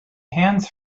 hands